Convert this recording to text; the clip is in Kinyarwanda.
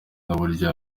n’uburyo